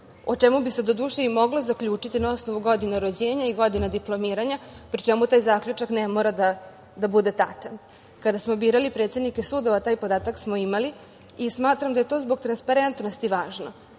O čemu bi se, doduše, moglo zaključiti na osnovu godine rođenja i godine diplomiranja, pri čemu taj zaključak ne mora da bude tačan. Kada smo birali predsednike sudova taj podatak smo imali. Smatram da je to zbog transparentnosti važno.